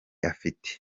afite